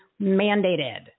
mandated